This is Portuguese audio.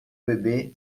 bebê